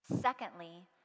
Secondly